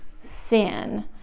sin